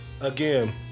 again